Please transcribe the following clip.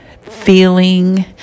feeling